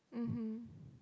mmhmm